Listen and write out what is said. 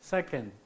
Second